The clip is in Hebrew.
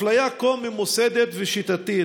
אפליה כה ממוסדת ושיטתית,